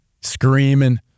Screaming